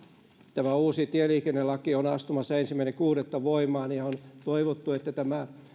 tämä uusi tieliikennelaki on astumassa voimaan ensimmäinen kuudetta ja on toivottu että tämä